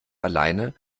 alleine